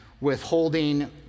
withholding